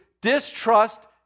distrust